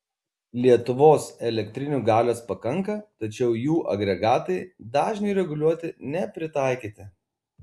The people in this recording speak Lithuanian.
lietuvos elektrinių galios pakanka tačiau jų agregatai dažniui reguliuoti nepritaikyti